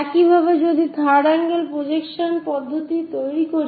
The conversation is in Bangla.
একইভাবে যদি আমরা থার্ড আঙ্গেল প্রজেকশন তৈরি করি